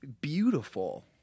beautiful